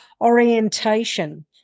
Orientation